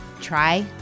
try